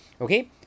Okay